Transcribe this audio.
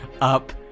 up